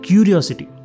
Curiosity